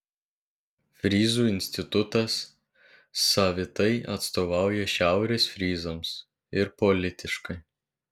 fryzų institutas savitai atstovauja šiaurės fryzams ir politiškai